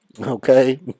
Okay